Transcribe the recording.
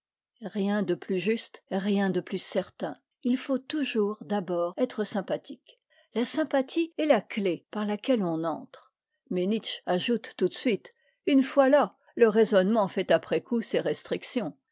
rien de plus juste rien de plus certain il faut toujours d'abord être sympathique la sympathie est la clef par laquelle on entre mais nietzsche ajoute tout de suite une fois là le raisonnement fait après coup ses restrictions